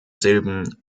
silben